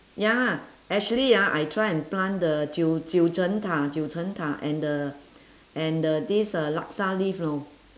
ya actually ah I try and plant the 九九层塔九层塔：jiu jiu ceng ta jiu ceng ta and the and the this uh laksa leaf know